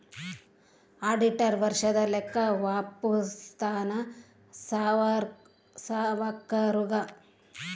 auditor ವರ್ಷದ ಲೆಕ್ಕ ವಪ್ಪುಸ್ತಾನ ಸಾವ್ಕರುಗಾ